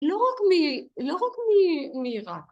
לא רק מ... לא רק מ... מעירק.